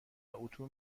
اتو